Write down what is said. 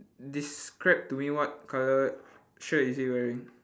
describe to me what colour shirt is he wearing